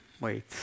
Wait